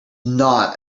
not